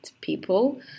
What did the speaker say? people